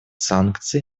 санкции